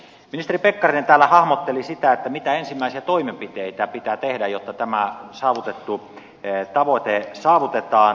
ministeri pekkarinen täällä hahmotteli sitä mitkä ovat ensimmäisiä toimenpiteitä joita pitää tehdä jotta tämä asetettu tavoite saavutetaan